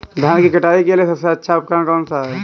धान की कटाई के लिए सबसे अच्छा उपकरण कौन सा है?